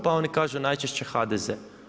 Pa oni kažu najčešće HDZ.